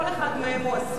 כל אחד מהם הוא אסון.